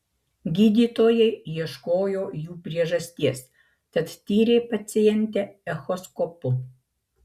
gydytojai ieškojo jų priežasties tad tyrė pacientę echoskopu